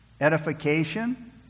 Edification